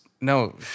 no